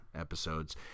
episodes